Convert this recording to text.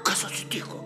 kas atsitiko